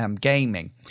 gaming